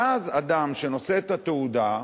ואז אדם שנושא את התעודה,